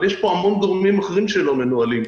אבל יש פה המון גורמים אחרים שלא מנוהלים,